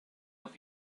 off